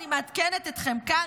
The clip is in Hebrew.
אני מעדכנת אתכם כאן,